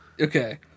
Okay